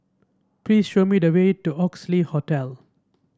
please show me the way to Oxley Hotel